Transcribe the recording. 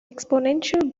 exponential